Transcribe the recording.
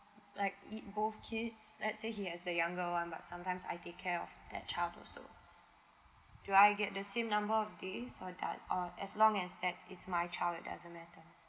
like both kids let's say he has the younger [one] but sometimes I take care of that child also do I get the same number of days for that or as long as that is my child and is doesn't matter